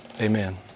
Amen